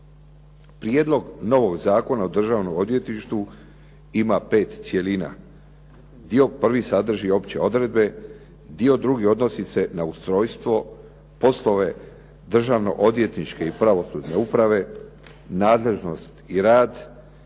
Prijedlog novog Zakona o državnom odvjetništvu ima 5 cjelina. Dio prvi sadrži opće odredbe, dio drugi odnosi se na ustrojstvo, poslove državno odvjetničkih i pravosudne uprave, nadležnost i rad,